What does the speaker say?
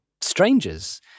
strangers